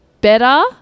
better